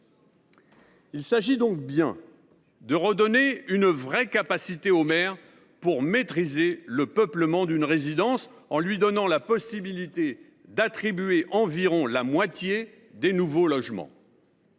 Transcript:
Il s’agit donc bien de redonner une réelle capacité au maire de maîtriser le peuplement d’une résidence, en lui offrant la possibilité d’attribuer environ la moitié des nouveaux logements.